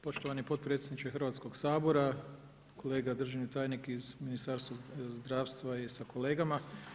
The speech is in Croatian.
Poštovani potpredsjedniče Hrvatskog sabora, kolega državni tajnik iz Ministarstva zdravstva sa kolegama.